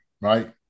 right